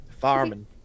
Farming